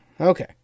Okay